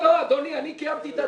תבדקו.